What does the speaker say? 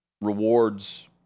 rewards